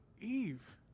eve